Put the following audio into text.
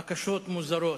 בקשות מוזרות,